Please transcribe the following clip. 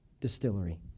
distillery